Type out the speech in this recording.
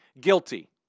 guilty